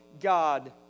God